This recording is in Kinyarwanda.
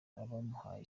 abamuhaye